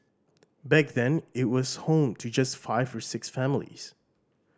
back then it was home to just five or six families